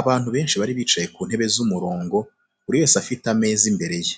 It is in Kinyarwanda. Abantu benshi bari bicaye ku ntebe ziri ku mirongo, buri wese afite ameza imbere ye.